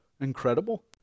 incredible